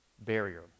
barrier